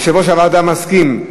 יושב-ראש הוועדה מסכים,